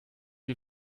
ihn